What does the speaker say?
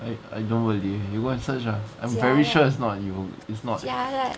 I I don't believe you what's such I'm very sure it's not you a